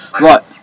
Right